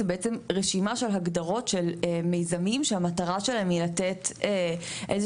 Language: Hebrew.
זה בעצם רשימה של הגדרות של מיזמים שהמטרה שלהם היא לתת איזה